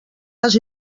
les